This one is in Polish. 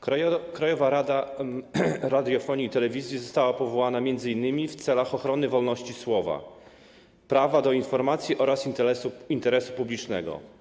Krajowa Rada Radiofonii i Telewizji została powołana m.in. w celach ochrony wolności słowa, prawa do informacji oraz interesu publicznego.